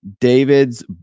David's